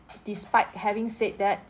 despite having said that